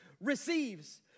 receives